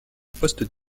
poste